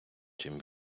чим